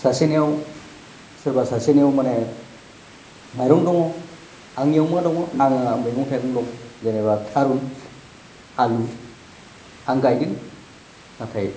सासेनियाव सोरबा सासेनियाव मानि माइरं दङ आंनियाव मा दङ आङो मैगं थाइगं दं जेनेबा थारुन आलु आं गायदों नाथाय